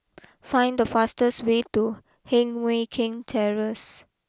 find the fastest way to Heng Mui Keng Terrace